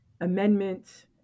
amendments